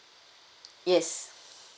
yes